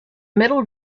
middle